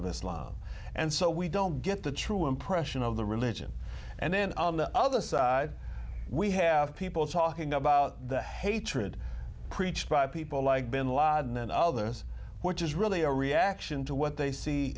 of islam and so we don't get the true impression of the religion and then on the other side we have people talking about the hatred preached by people like bin ladin and others which is really a reaction to what they see